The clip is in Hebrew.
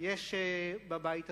יש בבית הזה,